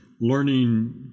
learning